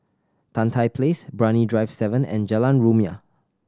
Tan Tye Place Brani Drive Seven and Jalan Rumia